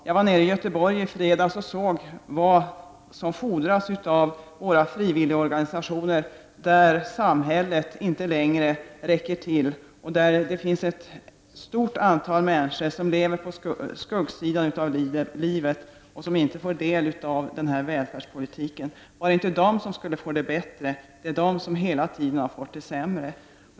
Jag var nere i Göteborg i fredags och såg vad som fordras av våra frivilligorganisationer när samhället inte längre räcker till. Där finns ett stort antal människor som lever på skuggsidan av livet och som inte får del av välfärdspolitiken. Var det inte de som skulle få det bättre? De har hela tiden fått det sämre.